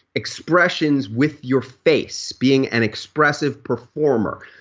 expressions with your face, being an expressive performer.